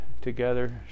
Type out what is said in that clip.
together